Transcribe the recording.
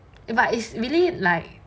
but it's really like